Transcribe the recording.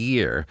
Year